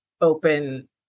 open